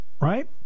Right